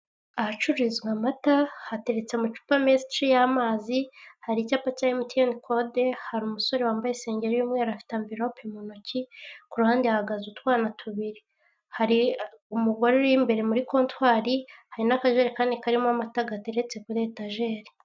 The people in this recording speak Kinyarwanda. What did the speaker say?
Ahacururizwa amata hateriretse amacupa menshi y'amazi, hari icyapa cya MTN kode, hari umusore wambaye isengeri y'umweru, afite amvirope mu ntoki, ku ruhande hahagaze utwana tubiri, hari umugore uri imbere muri Kontwari, hari n'akajerikani karimo amata, gateretse kuri etajeri.